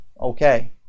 Okay